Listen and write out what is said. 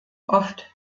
oft